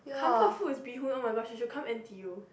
comfort food is bee hoon oh-my-god she should come N_T_U